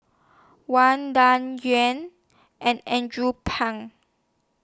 Wang Dayuan and Andrew Phang